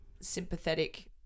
sympathetic